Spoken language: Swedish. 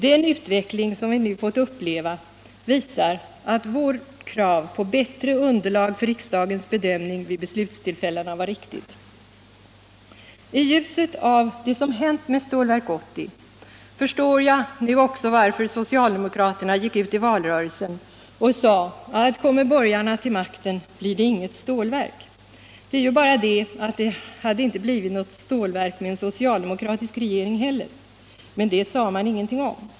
Den utveckling som vi nu fått uppleva visar att vårt krav på bättre underlag för riksdagens bedömning vid beslutstillfällena var riktigt. I ljuset av det som hänt med Stålverk 80 förstår jag nu också varför socialdemokraterna gick ut i valrörelsen och sade att om borgarna kommer till makten så blir det inget stålverk. Det är bara det att det inte hade blivit något stålverk med en socialdemokratisk regering heller. Men det sade man ingenting om.